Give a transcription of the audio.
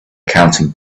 counting